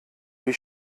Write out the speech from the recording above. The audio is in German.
wie